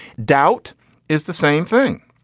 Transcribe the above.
doubt is the same thing.